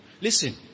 Listen